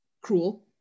cruel